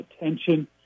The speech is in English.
attention